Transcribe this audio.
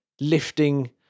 lifting